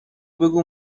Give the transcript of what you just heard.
بگو